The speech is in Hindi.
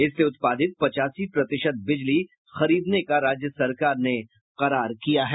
इसके उत्पादित पचासी प्रतिशत बिजली खरीदने का राज्य सरकार ने करार किया है